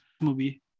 movie